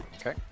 Okay